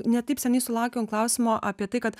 ne taip seniai sulaukėm klausimo apie tai kad